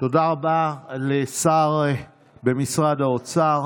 תודה רבה לשר במשרד האוצר